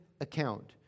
account